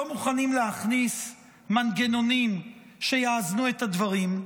לא מוכנים להכניס מנגנונים שיאזנו את הדברים.